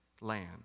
land